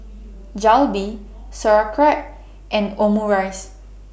Jalebi Sauerkraut and Omurice